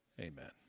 Amen